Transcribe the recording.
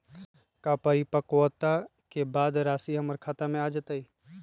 का परिपक्वता के बाद राशि हमर खाता में आ जतई?